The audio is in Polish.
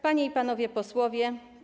Panie i Panowie Posłowie!